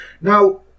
Now